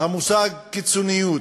המושג קיצוניות.